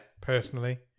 Personally